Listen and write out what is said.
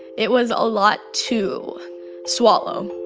it was a lot to swallow